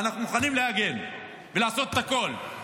ואנחנו מוכנים להגן ולעשות את הכול.